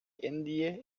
indië